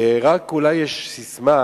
ורק אולי יש ססמה: